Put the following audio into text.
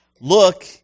look